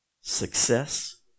success